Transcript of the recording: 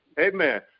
Amen